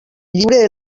lliure